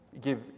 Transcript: give